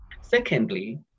Secondly